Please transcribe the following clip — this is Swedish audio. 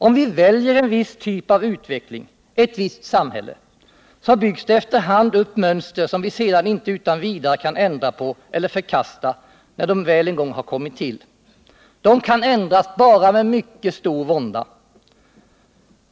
Om vi väljer en viss typ av utveckling, ett visst samhälle, så byggs det efter hand upp mönster som vi sedan inte utan vidare kan ändra på eller förkasta när de en gång väl har kommit till. De kan ändras bara med mycket stor vånda.